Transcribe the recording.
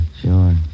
Sure